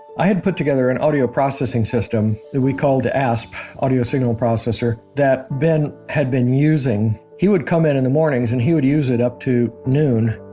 i had put together an audio processing system, that we call the asp, audio signal processor, that ben had been using he would come in in the mornings and he would use it up to noon.